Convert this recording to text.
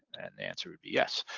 and the answer would be yes.